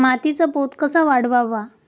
मातीचा पोत कसा वाढवावा?